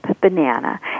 banana